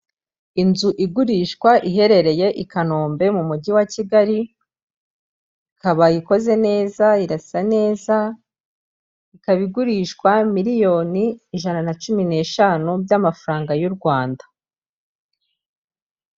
Inzu igurishwa iherereye i Kanombe mu mujyi wa Kigali, ikaba ikoze neza irasa neza, ikaba igurishwa miliyoni ijana na cumi n'eshanu by'amafaranga y'u Rwanda.